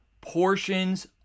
portions